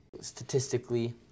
Statistically